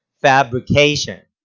fabrication